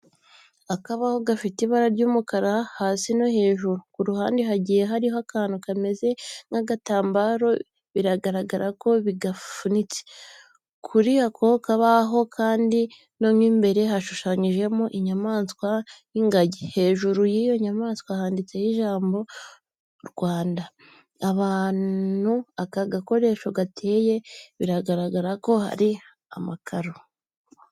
Akabaho gafite ibara ry'umukara hasi no hejuru, ku ruhande hagiye hariho akantu kameze nk'agatambaro bigaragara ko bigafunitse. Kuri ako kabaho kandi mo imbere hashushanyijemo inyamaswa y'ingagi. Hejuru y'iyo nyamaswa handitseho ijambo Rwanda. Ahantu aka gakoresho gateye biragaragara ko hari amakaro.